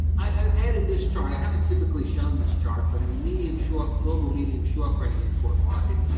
i and added this chart. i haven't typically shown this chart, but in the medium-short, global medium-short grain import market.